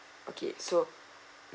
okay so